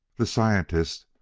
the scientist,